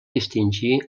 distingir